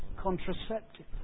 contraceptive